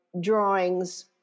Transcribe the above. drawings